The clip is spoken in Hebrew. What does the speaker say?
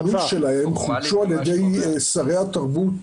כתבי המינוי שלהם חודשו על-ידי שרי התרבות,